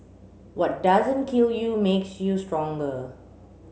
what doesn't kill you makes you stronger